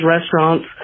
restaurants